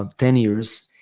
um ten years,